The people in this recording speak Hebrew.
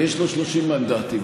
ויש לו 30 מנדטים.